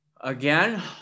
Again